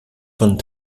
von